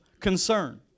concern